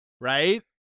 right